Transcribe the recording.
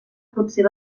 potser